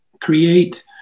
create